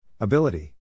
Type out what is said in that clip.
Ability